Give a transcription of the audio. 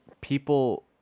people